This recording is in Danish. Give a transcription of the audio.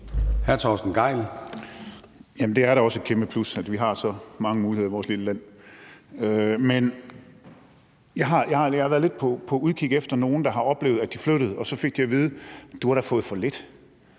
det er da også et kæmpe plus, at vi har så mange muligheder i vores lille land. Men jeg har været lidt på udkig efter nogen, der har oplevet, at de flyttede, og så fik de at vide: Du har da fået for lidt,